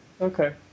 Okay